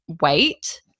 wait